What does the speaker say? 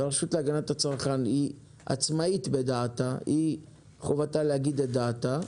והרשות להגנת הצרכן היא עצמאית בדעתה חובתה להגיד את דעתה.